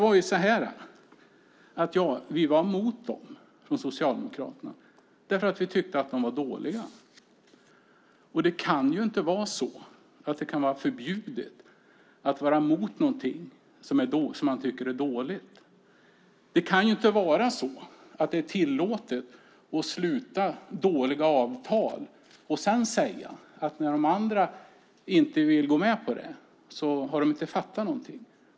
Vi i Socialdemokraterna var emot dessa avtal eftersom vi tyckte att de var dåliga. Det kan inte vara förbjudet att vara mot något man tycker är dåligt. Det kan inte vara så att det är tillåtet att sluta dåliga avtal och sedan säga att när de andra inte vill gå med på dem har de inte fattat någonting.